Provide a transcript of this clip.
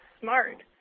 smart